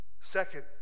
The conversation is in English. Second